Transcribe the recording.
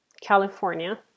California